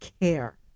care